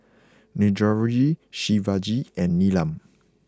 Niraj Shivaji and Neelam